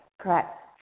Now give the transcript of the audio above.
correct